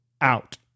out